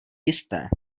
jisté